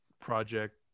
project